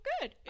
good